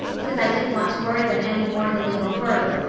because i didn't want to worry them any more than they were worried,